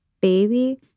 baby